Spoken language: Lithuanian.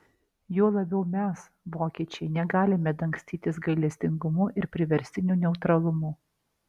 juo labiau mes vokiečiai negalime dangstytis gailestingumu ir priverstiniu neutralumu